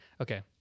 okay